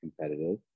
competitive